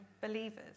believers